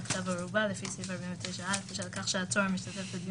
כתב ערובה לפי ﻿סעיף 49 (א) בשל כך שהעצור משתתף בדיון